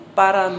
para